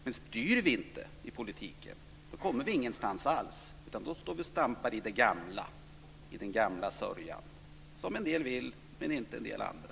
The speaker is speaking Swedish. Men om vi inte styr i politiken kommer vi ingenstans alls, utan då står vi och stampar i den gamla sörjan, som en del vill men andra inte vill.